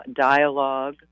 dialogue